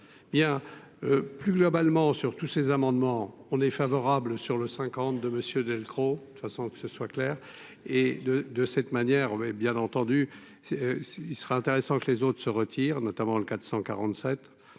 Bien plus globalement sur tous ces amendements, on est favorable sur le 50 de monsieur Delcros de toute façon, que ce soit clair et de de cette manière mais bien entendu c'est il serait intéressant que les autres se retire, notamment le 447